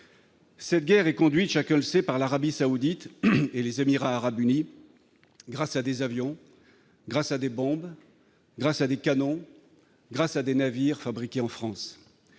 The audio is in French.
Cette guerre est conduite, chacun le sait, par l'Arabie Saoudite et les Émirats arabes unis, grâce à des avions grâce à des bombes grâce à des canons grâce à des navires fabriqué en France,